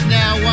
now